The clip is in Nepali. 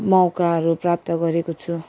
मौकाहरू प्राप्त गरेको छु